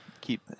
keep